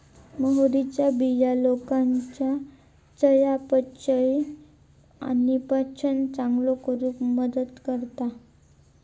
मोहरीच्या बिया लोकांच्या चयापचय आणि पचन चांगलो करूक मदत करतत